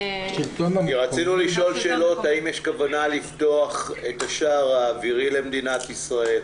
רצינו לשאול שאלות: האם יש כוונה לפתוח את השער האווירי למדינת ישראל?